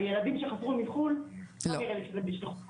על ילדים שחזרו מחו"ל לא נראה לי שזה בשליחות המעסיק.